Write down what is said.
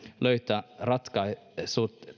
löytää ratkaisut